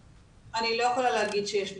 אני לא יכולה להגיד שיש מכשולים,